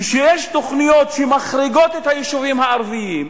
כשיש תוכניות שמחריגות את היישובים הערביים,